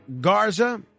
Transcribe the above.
Garza